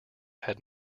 had